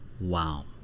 Wow